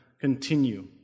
continue